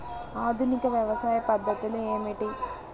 ఆధునిక వ్యవసాయ పద్ధతులు ఏమిటి?